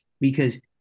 because-